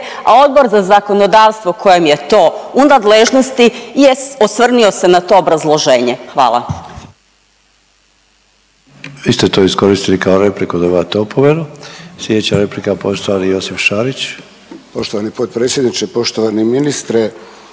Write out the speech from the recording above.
a Odbor za zakonodavstvo kojem je to u nadležnost je osvrnuo se na to obrazloženje. Hvala.